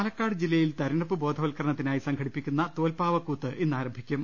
പാലക്കാട് ജില്ലയിൽ തെരഞ്ഞെടുപ്പ് ബോധവൽക്കരണത്തിനായി സം ഘടിപ്പിക്കുന്ന തോൽപ്പാവക്കൂത്ത് ഇന്ന് ആരംഭിക്കും